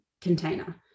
container